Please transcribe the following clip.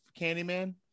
Candyman